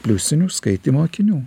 pliusinių skaitymo akinių